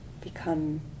become